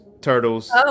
turtles